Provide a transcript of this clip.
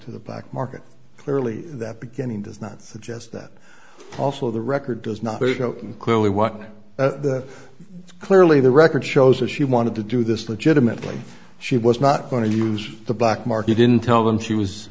to the black market clearly that beginning does not suggest that also the record does not open clearly what clearly the record shows that she wanted to do this legitimately she was not going to use the black market didn't tell them she was